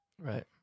Right